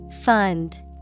Fund